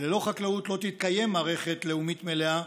שללא חקלאות לא תתקיים מערכת לאומית מלאה,